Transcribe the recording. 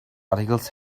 articles